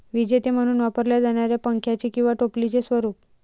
विजेते म्हणून वापरल्या जाणाऱ्या पंख्याचे किंवा टोपलीचे स्वरूप